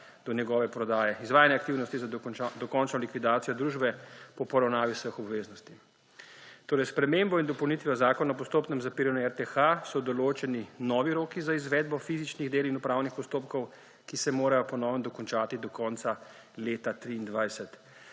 do njegove prodaje, izvajanje aktivnosti za dokončno likvidacijo družbe po poravnavi vseh obveznosti. S spremembo in dopolnitvijo zakona o postopnem zapiranju RTH so določeni novi roki za izvedbo fizičnih del in upravnih postopkov, ki se morajo po novem dokončati do konca leta 2023.